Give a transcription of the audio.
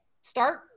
start